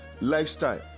lifestyle